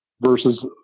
versus